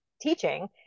teaching